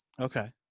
okay